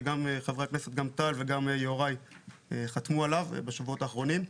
גם חברי הכנסת טל וגם יוראי חתמו עליו בשבועות האחרונות,